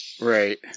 Right